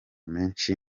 menshi